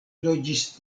loĝis